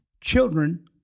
children